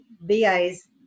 VAs